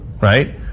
right